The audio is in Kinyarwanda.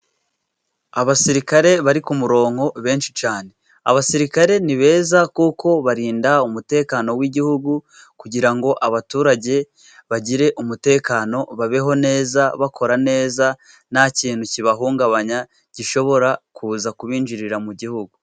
Abasirikare bari ku murongo benshi cyane, abasirikare ni beza kuko barinda umutekano w'igihugu kugira ngo abaturage bagire umutekano babeho neza bakora neza, nta kintu kibahungabanya gishobora kuza kubinjirira mu gihugu.